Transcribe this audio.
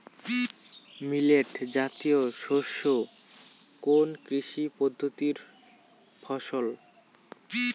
Millet জাতীয় শস্য কোন কৃষি পদ্ধতির ফসল?